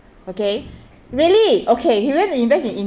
okay really okay he went to invest in in~